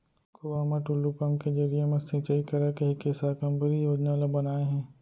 कुँआ म टूल्लू पंप के जरिए म सिंचई करय कहिके साकम्बरी योजना ल बनाए हे